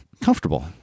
comfortable